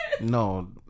No